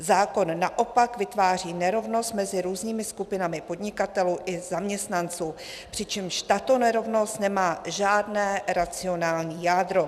Zákon naopak vytváří nerovnost mezi různými skupinami podnikatelů i zaměstnanců, přičemž tato nerovnost nemá žádné racionální jádro.